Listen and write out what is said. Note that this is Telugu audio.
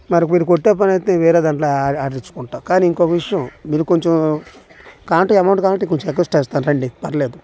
మరి మీరు కొట్టే పనైతే వేరే దాంట్లో ఆర్డర్ ఇచ్చుకుంటాను కానీ ఇంకొక విషయం మీరు కొంచెం కాంటే అమౌంట్ కావాలి అంటే కొంచెం ఎగస్ట్రా ఇస్తాను రండి పర్లేదు